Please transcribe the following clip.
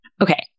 okay